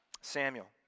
Samuel